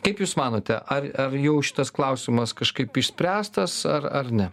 kaip jūs manote ar jau šitas klausimas kažkaip išspręstas ar ar ne